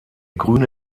grüne